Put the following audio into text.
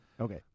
Okay